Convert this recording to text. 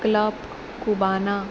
club गुबाना